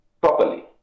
properly